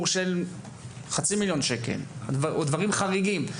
של חצי מיליון שקל או דברים חריגים.